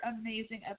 amazing